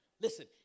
Listen